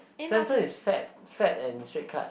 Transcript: Swensen's is fat fat and straight cut